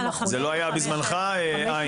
זה לא היה בזמנך, ע'?